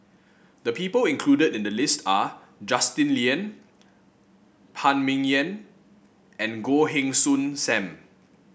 the people included in the list are Justin Lean Phan Ming Yen and Goh Heng Soon Sam